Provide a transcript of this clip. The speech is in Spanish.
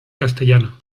castellano